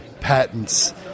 patents